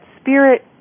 spirit